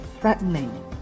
threatening